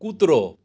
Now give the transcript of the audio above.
કૂતરો